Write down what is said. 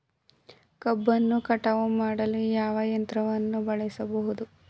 ಕಬ್ಬನ್ನು ಕಟಾವು ಮಾಡಲು ಯಾವ ಯಂತ್ರವನ್ನು ಬಳಸಬಹುದು?